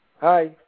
Hi